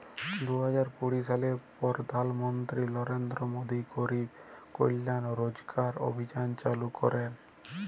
দু হাজার কুড়ি সালে পরধাল মলত্রি লরেলদ্র মোদি গরিব কল্যাল রজগার অভিযাল চালু ক্যরেল